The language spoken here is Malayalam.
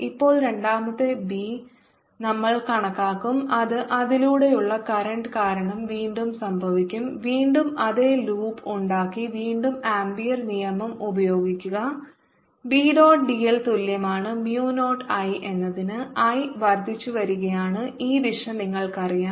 ഇപ്പോൾ രണ്ടാമത്തെ ബി നമ്മൾ കണക്കാക്കും അത് അതിലൂടെയുള്ള കറന്റ് കാരണം വീണ്ടും സംഭവിക്കും വീണ്ടും അതേ ലൂപ്പ് ഉണ്ടാക്കി വീണ്ടും ആമ്പിയർ നിയമം ഉപയോഗിക്കുക B dot dl തുല്യമാണ് mu നോട്ട് I എന്നതിന് I വർദ്ധിച്ചുവരികയാണ് ഈ ദിശ നിങ്ങൾക്കറിയാം